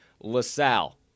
LaSalle